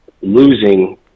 losing